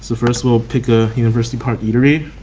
so first, we'll pick a university park eatery